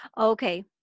okay